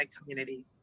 community